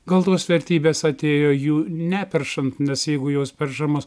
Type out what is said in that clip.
gal tos vertybės atėjo jų neperšant nes jeigu jos peršamos